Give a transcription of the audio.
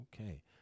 Okay